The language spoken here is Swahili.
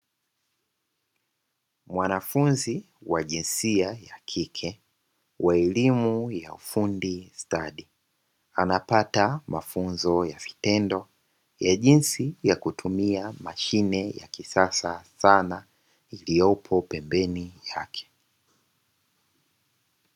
Mwanafunzi wa jinsia ya kike wa elimu ya ufundi stadi anapata mafunzo ya vitendo ya jinsi ya kutumia mashine ya kisasa sana iliyopo pembeni yake.